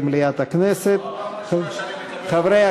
להביע אי-אמון בממשלה לא נתקבלה.